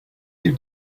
you